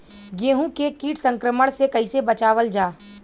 गेहूँ के कीट संक्रमण से कइसे बचावल जा?